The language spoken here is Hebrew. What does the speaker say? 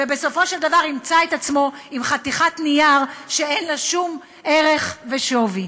ובסופו של דבר ימצא את עצמו עם חתיכת נייר שאין לה שום ערך ושווי.